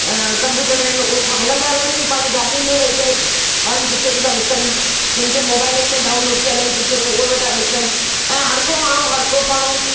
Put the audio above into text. computer आहिनि उहे हलंदे हलंदे बि पंहिंजी गाॾियुनि में वेही करे पंहिंजी पिक्चरूं था ॾिसनि किन खे मोबाइलनि में डाउनलोड कयल आहिनि पिक्चरूं उहो वेठा ॾिसनि ऐं हर को आणो हर को माण्हू